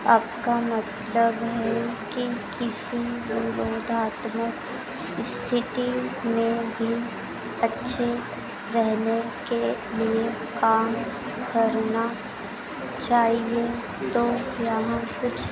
आपका मतलब है कि किसी निरोधात्मक स्थिति में भी अच्छे रहने के लिए काम करना चाहिए तो यहाँ कुछ